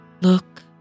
look